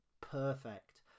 Perfect